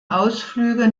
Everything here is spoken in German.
ausflüge